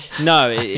No